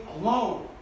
alone